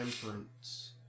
temperance